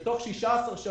שבתוך 16 שבועות